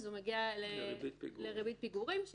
הוא מגיע לריבית פיגורים,